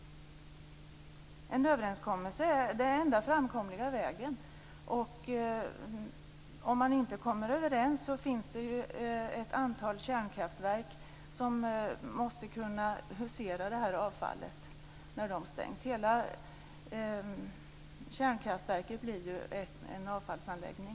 En överenskommelse är den enda framkomliga vägen. Om man inte kommer överens finns det ett antal kärnkraftverk som måste kunna hysa det här avfallet när de stängs. Hela kärnkraftverket blir ju en avfallsanläggning.